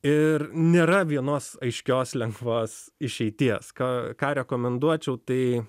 ir nėra vienos aiškios lengvos išeities ko ką rekomenduočiau tai